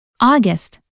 August